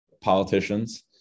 politicians